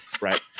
right